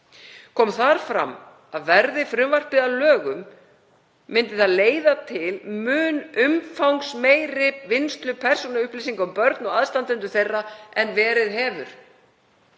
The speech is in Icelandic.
Kom þar fram að verði frumvarpið að lögum myndi það leiða til mun umfangsmeiri vinnslu persónuupplýsinga um börn og aðstandendur þeirra en verið hefur.